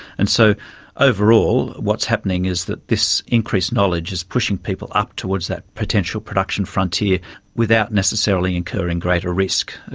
and so overall what's happening is that this increased knowledge is pushing people up towards that potential production frontier without necessarily incurring greater risk,